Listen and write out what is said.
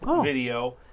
video